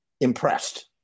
impressed